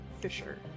fisher